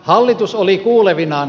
hallitus oli kuulevinaan